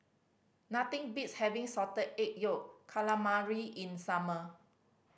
nothing beats having Salted Egg Yolk Calamari in summer